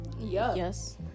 Yes